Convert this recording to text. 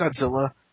Godzilla